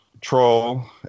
Troll